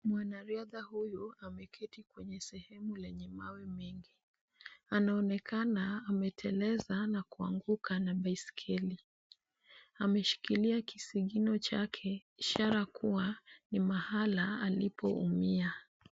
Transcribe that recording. Mwanariadha huyu ameketi kwenye sehemu yenye mawe mengi anaonekana. Ameteleza na kuanguka na baiskeli ameshikilia kisigino chake ishara kuwa ni mahala alipoumia.